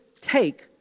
take